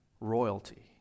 royalty